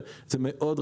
תודה רבה.